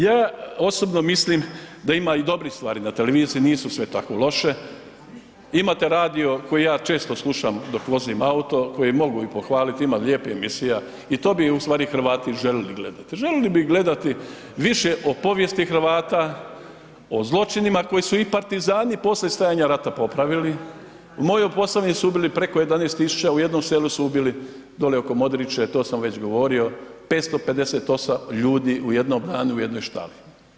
Ja osobno mislim da ima i dobrih stvari na televiziji, nisu sve tako loše, imate radio koji ja često slušam dok vozim auto koji mogu i pohvaliti, ima lijepih emisija, i to bi ustvari Hrvati željeli gledati, željeli bi gledati više o povijesti Hrvata, o zločinima koje su i partizani poslije stajanja rata popravili, u mojoj Posavini su ubili preko 11 000, u jednom selu su ubili dole oko Modrića, to amandman već govorio, 558 ljudi u jednom danu, u jednoj štali.